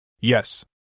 Yes